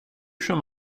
som